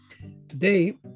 Today